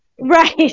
Right